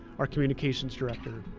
our communications director.